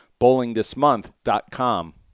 bowlingthismonth.com